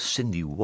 Cindy